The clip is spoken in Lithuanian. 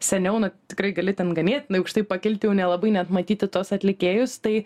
seniau nu tikrai gali ten ganėtinai aukštai pakilti jau nelabai net matyti tuos atlikėjus tai